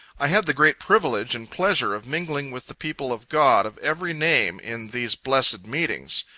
i had the great privilege and pleasure of mingling with the people of god of every name, in these blessed meetings.